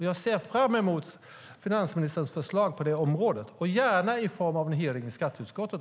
Jag ser fram emot finansministerns förslag på det området - gärna även i form av en hearing i skatteutskottet.